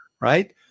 right